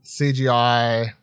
CGI